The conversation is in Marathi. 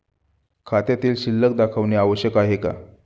खात्यातील शिल्लक दाखवणे आवश्यक आहे का?